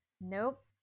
nope